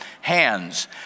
hands